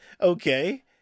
Okay